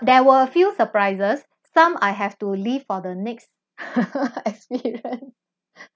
there were few surprises some I have to leave for the next experience